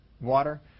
water